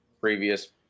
previous